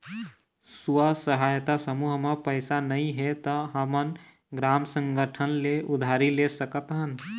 स्व सहायता समूह म पइसा नइ हे त हमन ग्राम संगठन ले उधारी ले सकत हन